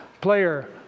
player